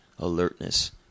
alertness